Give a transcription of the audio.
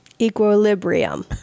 Equilibrium